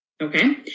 okay